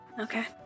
Okay